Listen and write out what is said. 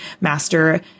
master